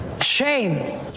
Shame